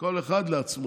כל אחד לעצמו.